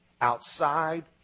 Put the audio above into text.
Outside